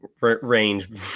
range